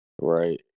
Right